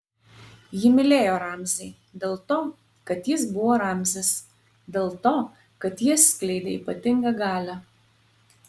ji mylėjo ramzį dėl to kad jis buvo ramzis dėl to kad jis skleidė ypatingą galią